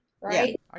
right